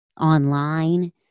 online